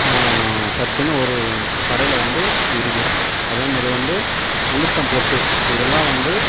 சத்துன்னு ஒரு கடையில் வந்து இருக்குது அதே மாரி வந்து உளுத்தம் பொட்டு இதெல்லாம் வந்து